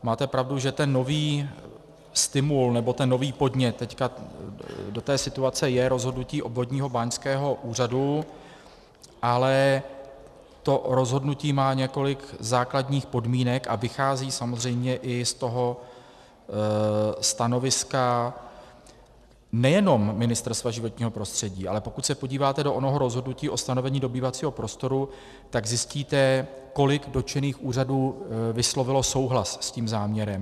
Máte pravdu, že ten nový stimul nebo ten nový podnět teď do té situace je rozhodnutí obvodního báňského úřadu, ale to rozhodnutí má několik základních podmínek a vychází samozřejmě i z toho stanoviska nejenom Ministerstva životního prostředí, ale pokud se podíváte do onoho rozhodnutí o stanovení dobývacího prostoru, tak zjistíte, kolik dotčených úřadů vyslovilo souhlas s tím záměrem.